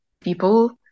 people